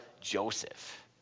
Joseph